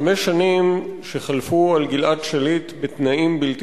חמש שנים שחלפו על גלעד שליט בתנאים בלתי